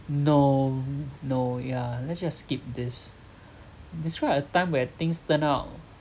no no yeah let's just skip this describe a time where things turned out